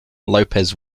lopes